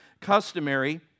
customary